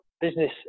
business